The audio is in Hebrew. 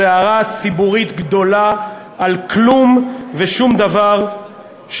סערה ציבורית גדולה על כלום ושום דבר,